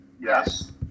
Yes